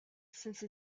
since